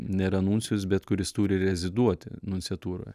nėra nuncijus bet kuris turi reziduoti nunciatūroj